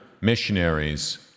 missionaries